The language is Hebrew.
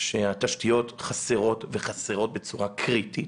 שהתשתיות חסרות בצורה קריטית